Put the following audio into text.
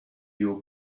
your